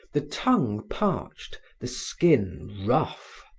the tongue parched, the skin rough.